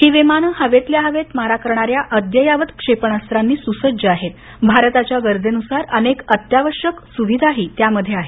ही विमानं हवेतल्या हवेत मारा करणाऱ्या अद्ययावत क्षेपणास्त्रांनी सुसज्ज असून भारताच्या गरजेनुसार अनेक आवश्यक सुविधाही त्यामध्ये आहे